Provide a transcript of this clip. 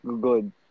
good